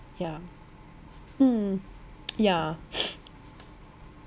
yeah mm yeah